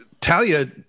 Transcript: Talia